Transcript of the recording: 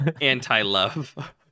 anti-love